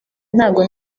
ntabwo